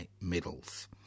medals